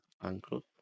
uncle